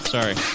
Sorry